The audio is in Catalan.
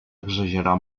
exagerar